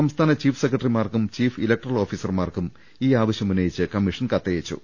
സംസ്ഥാന ചീഫ് സെക്രട്ടറിമാർക്കും chief electoral ഓഫീ സർമാർക്കും ഈ ആവശ്യമുന്നയിച്ച് കമ്മീഷൻ കത്തയച്ചു